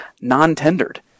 non-tendered